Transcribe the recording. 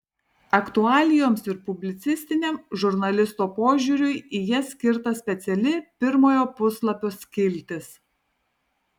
aktualijoms ir publicistiniam žurnalisto požiūriui į jas skirta speciali pirmojo puslapio skiltis